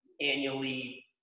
annually